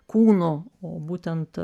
kūnu o būtent